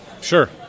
Sure